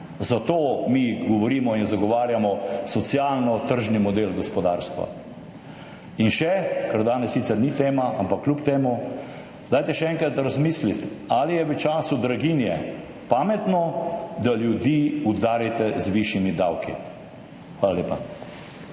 Zato mi govorimo in zagovarjamo socialno tržni model gospodarstva. In še, kar danes sicer ni tema, ampak kljub temu, dajte še enkrat razmisliti, ali je v času draginje pametno, da ljudi udarite z višjimi davki. Hvala lepa.